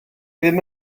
ddim